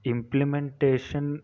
Implementation